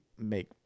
make